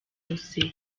bose